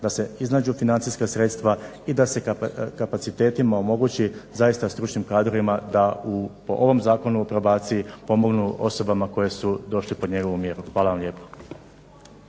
da se iznađu financijska sredstva i da se kapacitetima omogući, zaista stručnim kadrovima da po ovom Zakonu o probaciji pomognu osobama koje su došle pod njegovu mjeru. Hvala vam lijepo.